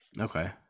Okay